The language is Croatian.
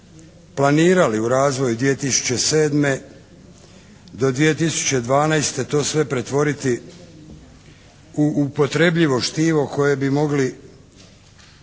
planirali u razvoju 2007. do 2012. to sve pretvoriti u upotrebljivo štivo koje bi mogli